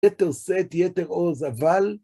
יתר שאת, יתר עוז, אבל